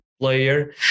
player